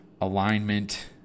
alignment